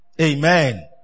Amen